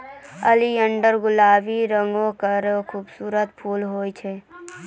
oleander गुलाबी रंग केरो खूबसूरत फूल होय छै